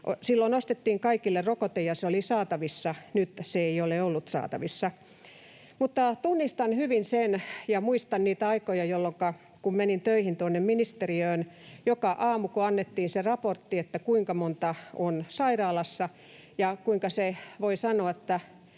Silloin ostettiin kaikille rokote, ja se oli saatavissa. Nyt se ei ole ollut saatavissa. Mutta tunnistan hyvin sen ja muistan niitä aikoja, jolloinka, kun menin töihin ministeriöön joka aamu, annettiin se raportti, kuinka monta on sairaalassa, ja kuinka, voi sanoa, sydän